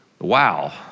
wow